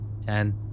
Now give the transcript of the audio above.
Ten